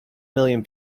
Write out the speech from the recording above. million